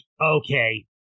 okay